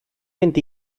mynd